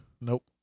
Nope